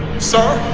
sir!